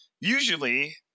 usually –